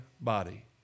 body